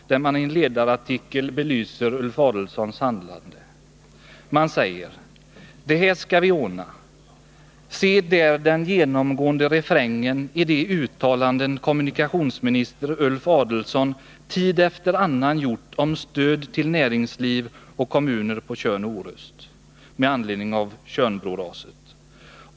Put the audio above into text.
I en ledarartikel belyser man Ulf Adelsohns handlande. Tidningen skriver: ””Det här skall vi ordna.” Se där den genomgående refrängen i de uttalanden kommunikationsminister Ulf Adelsohn tid efter annan gjort om stöd till näringsliv och kommuner på Tjörn och Orust med anledning av Tjörnbroraset.